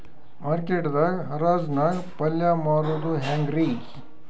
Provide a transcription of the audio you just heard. Market ದಾಗ್ ಹರಾಜ್ ನಾಗ್ ಪಲ್ಯ ಮಾರುದು ಹ್ಯಾಂಗ್ ರಿ?